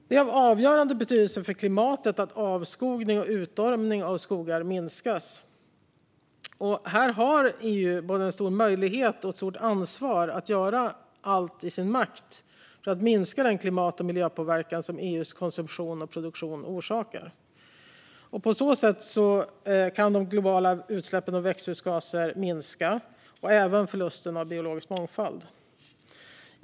Det är av avgörande betydelse för klimatet att avskogning och utarmning av skogar minskas, och här har EU både en stor möjlighet och ett stort ansvar att göra allt i sin makt för att minska den klimat och miljöpåverkan som EU:s konsumtion och produktion orsakar. På så sätt kan de globala utsläppen av växthusgaser minska, och även förlusten av biologisk mångfald.